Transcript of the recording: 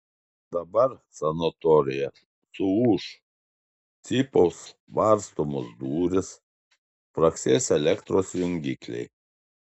dabar sanatorija suūš cypaus varstomos durys spragsės elektros jungikliai